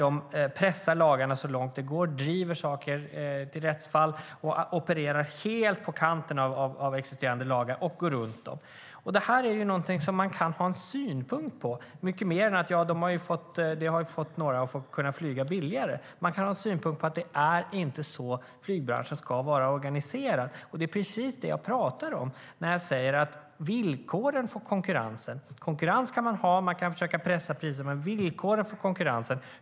De pressar lagarna så långt det går, driver saker till rättsfall, opererar helt på kanten av existerande lagar och går runt dem. Det här är någonting som man kan ha många fler synpunkter på än att det har gett människor möjligheten att flyga billigare. Man kan ha synpunkten att det inte är så flygbranschen ska vara organiserad, och det är precis det jag pratar om. Konkurrens kan man ha, och man kan försöka pressa priserna. Men vilka ska villkoren för konkurrensen vara?